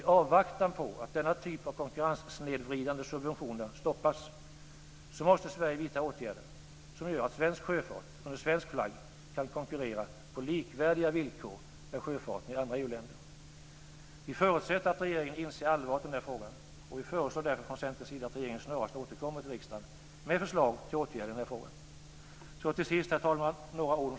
I avvaktan på att denna typ av konkurrenssnedvridande subventioner stoppas måste Sverige vidta åtgärder som gör att svensk sjöfart, under svensk flagg, kan konkurrera på likvärdiga villkor med sjöfarten i andra EU-länder. Vi förutsätter att regeringen inser allvaret i denna fråga, och vi föreslår därför från Centerns sida att regeringen snarast återkommer till riksdagen med förslag till åtgärder i den här frågan.